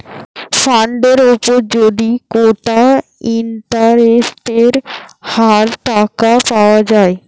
ফান্ডের উপর যদি কোটা ইন্টারেস্টের হার টাকা পাওয়া যায়